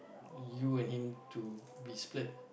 you and him to be split